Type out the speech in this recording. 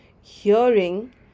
Hearing